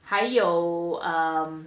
还有 um